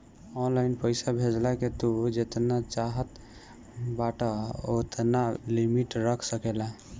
online पईसा भेजला के तू जेतना चाहत बाटअ ओतना लिमिट रख सकेला